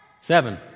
Seven